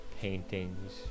paintings